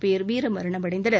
பேர் வீரமரணமடைந்தனர்